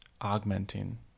augmenting